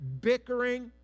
bickering